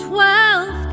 Twelve